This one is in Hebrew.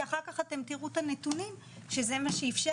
כי אחר כך אתם תראו את הנתונים שזה מה שאפשר